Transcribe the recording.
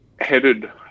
headed